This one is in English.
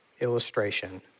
illustration